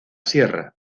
sierra